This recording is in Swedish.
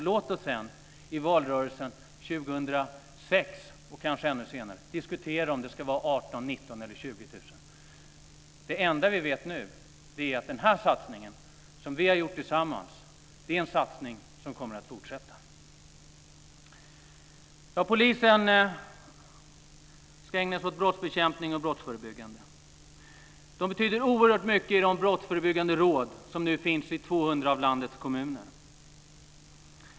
Låt oss sedan i valrörelsen 2006 och kanske ännu senare diskutera om det ska vara 18 000, 19 000 eller 20 000. Det enda vi vet nu är att den här satsningen, som vi har gjort tillsammans, är en satsning som kommer att fortsätta. Polisen ska ägna sig åt brottsbekämpning och brottsförebyggande. De betyder oerhört mycket i de brottsförebyggande råd som nu finns i 200 av landets kommuner.